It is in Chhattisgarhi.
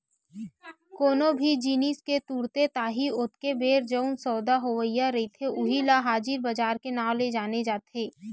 कोनो भी जिनिस के तुरते ताही ओतके बेर जउन सौदा होवइया रहिथे उही ल हाजिर बजार के नांव ले जाने जाथे